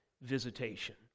visitation